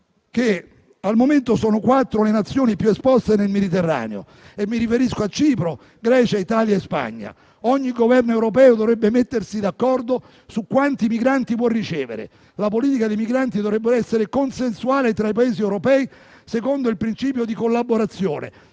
al momento sono quattro le Nazioni più esposte nel Mediterraneo: Cipro, Grecia, Italia e Spagna e che ogni Governo europeo dovrebbe mettersi d'accordo su quanti migranti può ricevere, che la politica sui migranti dovrebbe essere consensuale tra i Paesi europei, secondo il principio di collaborazione,